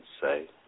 say